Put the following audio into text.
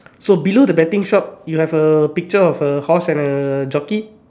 so below the betting shop you have a picture of a horse and a jockey